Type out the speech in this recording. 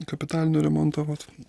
kapitalinio remonto vat